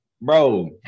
Bro